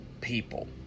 people